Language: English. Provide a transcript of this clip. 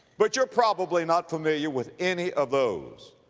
but you're probably not familiar with any of those,